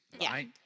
right